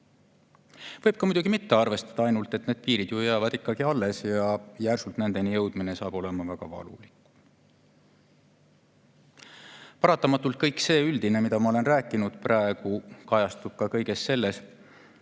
Võib ka muidugi mitte arvestada, ainult et need piirid ju jäävad ikkagi alles ja järsult nendeni jõudmine saab olema väga valulik. Paratamatult kõik see üldine, mida ma olen praegu rääkinud, kajastub ka kõiges selles,